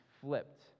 flipped